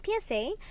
PSA